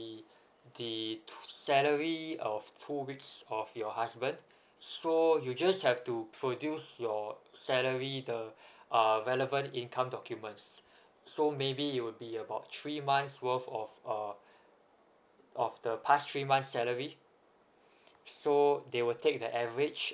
the salary of two weeks of your husband so you just have to produce your salary the uh relevant income documents so maybe it would be about three months worth of uh of the past three months salary so they will take the average